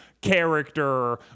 Character